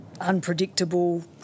unpredictable